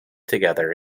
together